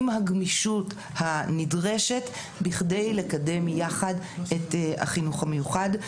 עם הגמישות הנדרשת בכדי לקדם יחד את החינוך המיוחד.